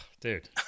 dude